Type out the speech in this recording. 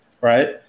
right